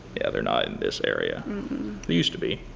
yeah, they're not in this area, they used to be.